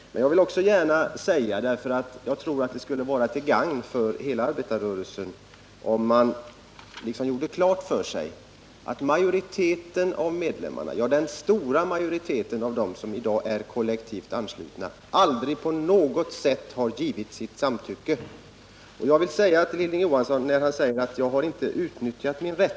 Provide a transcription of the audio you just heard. Men jag vill också gärna säga att jag tror det skulle vara till gagn för hela arbetarrörelsen om man gjorde klart för sig att den stora majoriteten av dem som i dag är kollektivanslutna aldrig på något sätt har givit sitt samtycke. Hilding Johansson påpekar att jag inte har utnyttjat min rätt.